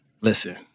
listen